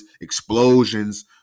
explosions